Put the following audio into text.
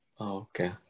Okay